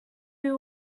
you